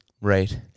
right